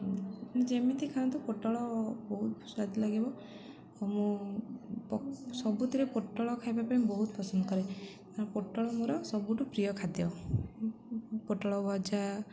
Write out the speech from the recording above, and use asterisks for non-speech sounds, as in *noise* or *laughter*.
ଯେମିତି ଖାଆନ୍ତୁ ପୋଟଳ ବହୁତ ସୁଆଦ ଲାଗିବ ଆଉ ମୁଁ *unintelligible* ସବୁଥିରେ ପୋଟଳ ଖାଇବା ପାଇଁ ବହୁତ ପସନ୍ଦ କରେ *unintelligible* ପୋଟଳ ମୋର ସବୁଠୁ ପ୍ରିୟ ଖାଦ୍ୟ ପୋଟଳ ଭଜା